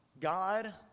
God